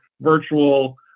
virtual